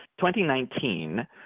2019